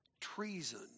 treason